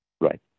Right